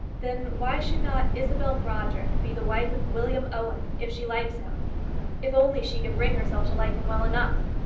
then why should not isabel brodrick be the wife of william owen, if she likes him if only she can bring herself to like him well enough?